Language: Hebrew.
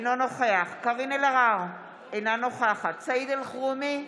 אינו נוכח קארין אלהרר, אינה נוכחת סעיד אלחרומי,